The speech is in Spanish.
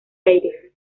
aire